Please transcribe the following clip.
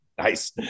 Nice